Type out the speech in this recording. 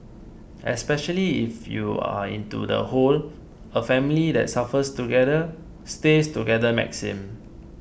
especially if you are into the whole a family that suffers together stays together maxim